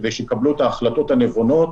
כדי שיקבלו את ההחלטות הנבונות